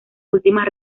últimas